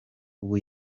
ubu